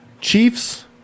Chiefs